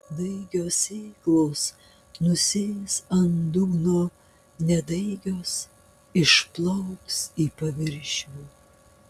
daigios sėklos nusės ant dugno nedaigios išplauks į paviršių